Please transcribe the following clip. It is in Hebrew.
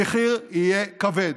המחיר יהיה כבד.